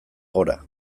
gora